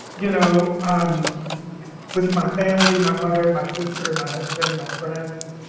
you know, um with my family, my mother, my sister, my husband, my friends.